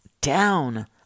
down